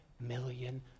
million